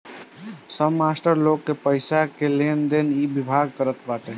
सब मास्टर लोग के पईसा के लेनदेन इ विभाग करत बाटे